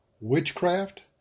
witchcraft